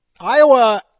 Iowa